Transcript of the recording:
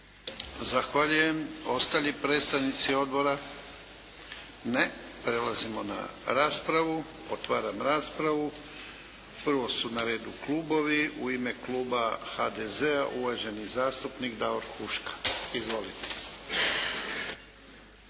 Zahvaljujem, ostali predstavnici odbora? Ne. Prelazimo na raspravu, otvaram raspravu. Prvo su na redu klubovi. U ime Kluba HDZ-a uvaženi zastupnik Davor Huška. Izvolite.